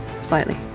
slightly